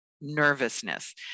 nervousness